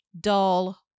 dull